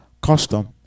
custom